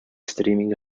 streaming